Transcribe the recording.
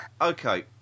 Okay